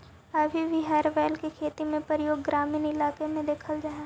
अभी भी हर बैल के खेती में प्रयोग ग्रामीण इलाक में देखल जा हई